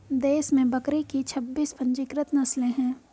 देश में बकरी की छब्बीस पंजीकृत नस्लें हैं